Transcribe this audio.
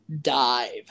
dive